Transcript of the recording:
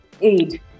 aid